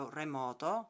remoto